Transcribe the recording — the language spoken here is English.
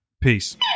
Peace